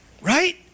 Right